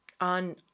on